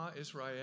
Israel